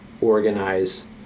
organize